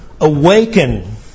awaken